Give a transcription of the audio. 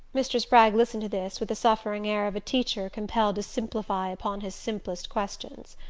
mr. spragg listened to this with the suffering air of a teacher compelled to simplify upon his simplest questions.